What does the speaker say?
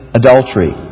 adultery